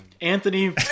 Anthony